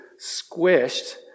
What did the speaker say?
squished